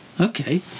Okay